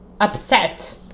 upset